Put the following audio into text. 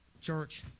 church